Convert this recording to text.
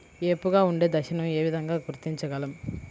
ఏపుగా ఉండే దశను ఏ విధంగా గుర్తించగలం?